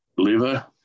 liver